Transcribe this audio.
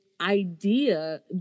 idea